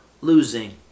losing